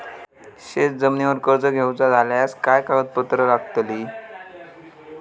शेत जमिनीवर कर्ज घेऊचा झाल्यास काय कागदपत्र लागतली?